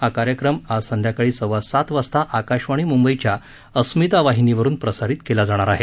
हा कार्यक्रम आज संध्याकाळी सव्वा सात वाजता आकाशवाणी मुंबईच्या अस्मिता वाहिनीवरुन प्रसारित केला जाणार आहे